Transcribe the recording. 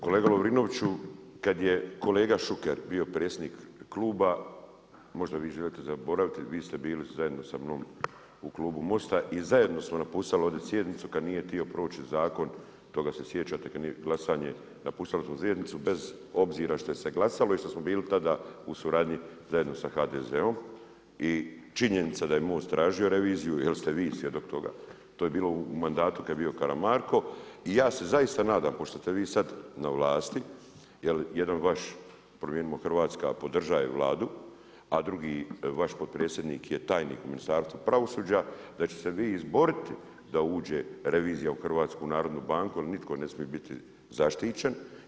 Kolega Lovrinović, kada je kolega Šuker bio predsjednik kluba, možda vi želite zaboraviti, vi ste bili zajedno sa mnom u klubu Most-a i zajedno smo ovdje napuštali sjednicu kada nije htio proći zakon, toga se sjećate kada je bilo glasanje napustili smo sjednicu bez obzira što se glasalo i što smo bili tada u suradnji zajedno sa HDZ-om i činjenica da je MOST tražio reviziju jer ste vi svjedok toga, to je bilo u mandatu kad je bio Karamarko i ja se zaista nadam pošto ste vi sad na vlasti, jer jedna vaš Promijenimo Hrvatsku, podražava Vladu, a drugi vaš potpredsjednik je tajnik u Ministarstvu pravosuđa, da ćete se vi izboriti da uđe revizija u HNB jer nitko ne smije biti zaštićen.